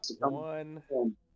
one